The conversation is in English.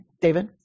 David